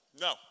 No